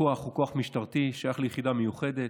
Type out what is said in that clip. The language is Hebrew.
הכוח הוא כוח משטרתי ששייך ליחידה מיוחדת,